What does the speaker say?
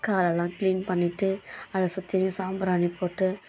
காலெல்லாம் க்ளீன் பண்ணிட்டு அதை சுற்றிலும் சாம்பிராணி போட்டு